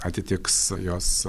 atitiks jos